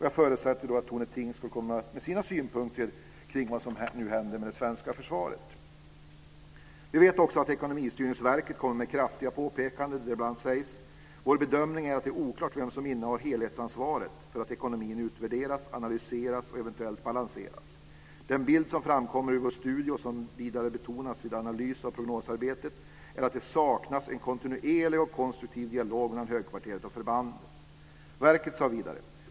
Jag förutsätter att Tone Tingsgård kommer med sina synpunkter kring vad som nu händer med det svenska försvaret. Vi vet också att Ekonomistyrningsverket kommit med kraftiga påpekanden, där det bl.a. sägs följande: - Vår bedömning är att det är oklart vem som innehar helhetsansvaret för att ekonomin utvärderas, analyseras och eventuellt balanseras. - Den bild som framkommer ur vår studie och som vidare betonas vid analys av prognosarbetet är att det saknas en kontinuerlig och konstruktiv dialog mellan högkvarteret och förbanden.